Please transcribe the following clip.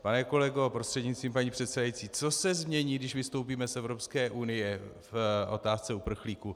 Pane kolego prostřednictvím paní předsedající, co se změní, když vystoupíme z Evropské unie, v otázce uprchlíků?